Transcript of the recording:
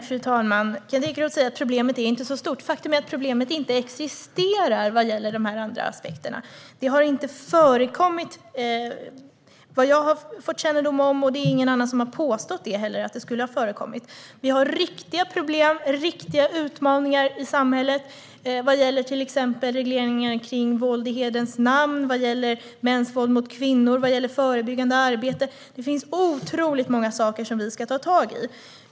Fru talman! Kent Ekeroth säger att problemet inte är så stort. Faktum är att problemet inte existerar vad gäller de här andra aspekterna. Detta har inte förekommit, enligt vad jag har fått kännedom om. Det är ingen som har påstått att det skulle ha förekommit. Vi har riktiga problem och riktiga utmaningar i samhället vad gäller till exempel regleringen kring våld i hederns namn, mäns våld mot kvinnor och förebyggande arbete. Det finns otroligt många saker som vi ska ta tag i.